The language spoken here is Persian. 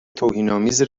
توهینآمیز